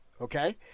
Okay